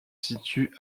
situe